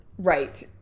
Right